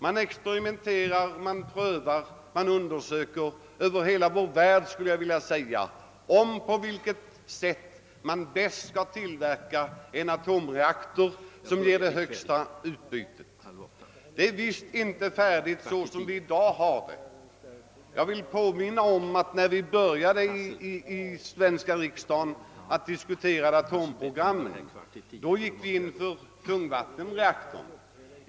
Man experimenterar, prövar och undersöker över hela vår värld hur man bäst skall kunna tillverka en atomreaktor som ger det högsta utbytet. Detta område är visst inte färdigutvecklat sådant det är i dag. Jag vill påminna om att när vi i den svenska riksdagen började diskutera atomprogrammet gick vi in för tungvattenreaktorn.